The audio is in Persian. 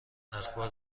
اخبار